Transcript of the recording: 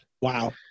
Wow